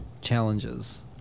challenges